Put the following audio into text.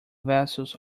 vessels